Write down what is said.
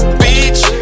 beach